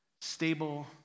stable